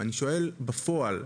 אני שואל בפועל,